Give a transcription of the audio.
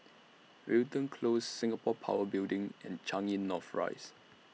Wilton Close Singapore Power Building and Changi North Rise